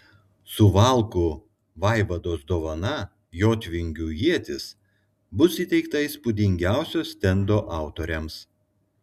suvalkų vaivados dovana jotvingių ietis bus įteikta įspūdingiausio stendo autoriams